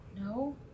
No